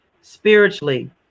Spiritually